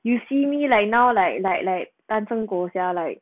you see me like now like like like 单身狗 sia like